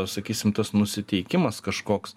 sakysim tas nusiteikimas kažkoks